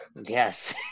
Yes